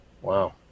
Wow